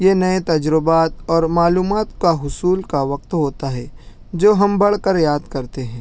یہ نئے تجربات اور معلومات کا حصول کا وقت ہوتا ہے جو ہم بڑھ کر یاد کرتے ہیں